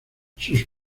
sus